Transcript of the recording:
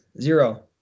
Zero